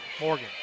Morgan